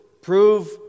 prove